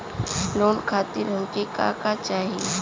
Loan खातीर हमके का का चाही?